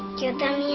get them